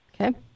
Okay